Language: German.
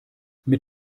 mit